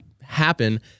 happen